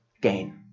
Gain